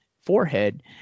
forehead